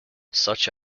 such